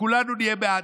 כולנו נהיה בעד.